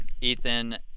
Ethan